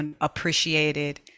appreciated